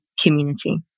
community